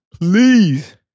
please